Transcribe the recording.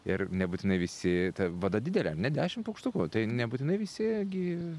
ir nebūtinai visi vada didelė net dešim paukštukų tai nebūtinai visi gi